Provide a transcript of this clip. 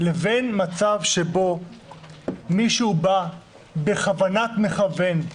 לבין מצב שבו מישהו בא בכוונת מכוון,